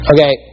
Okay